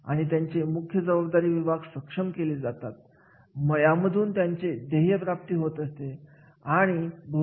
तर उदाहरणार्थ अडचणी सोडवण्यासाठी घटनांच्या अभ्यासक्रमांचा उपयोग केला जाऊ शकतो घटनांच्या अभ्यासक्रमाची अंमलबजावणी करण्याची पद्धत अडचणीवर ती मार्ग काढण्यासाठी मदतीची ठरू शकते